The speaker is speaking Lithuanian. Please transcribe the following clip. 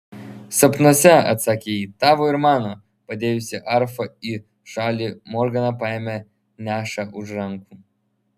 sapnuose atsakė ji tavo ir mano padėjusi arfą į šalį morgana paėmė nešą už rankų